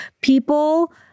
people